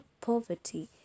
poverty